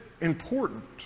important